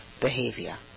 behavior